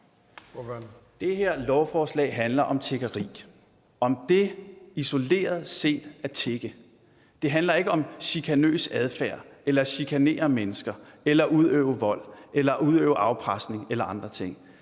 Det her lovforslag handler om tiggeri, isoleret set om det at tigge. Det handler ikke om chikanøs adfærd eller om at chikanere mennesker eller udøve vold eller foretage afpresning eller andre ting.